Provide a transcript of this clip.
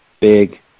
big